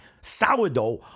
sourdough